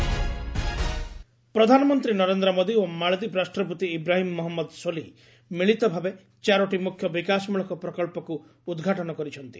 India Maldives ପ୍ରଧାନମନ୍ତ୍ରୀ ନରେନ୍ଦ୍ର ମୋଦୀ ଓ ମାଳଦୀପ ରାଷ୍ଟ୍ରପତି ଇବ୍ରାହିମ୍ ମହମ୍ମଦ ସୋଲିଃ ମିଳିତ ଭାବେ ଚାରୋଟି ମୁଖ୍ୟ ବିକାଶମୂଳକ ପ୍ରକଚ୍ଚକୁ ଉଦ୍ଘାଟନ କରିଛନ୍ତି